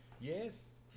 Yes